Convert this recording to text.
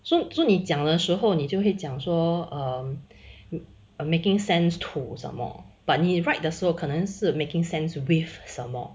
so so 你讲的时候你就会讲说 um are making sense tools are more bonnie wright 的可能是 making sense with some more